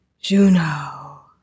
Juno